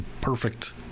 perfect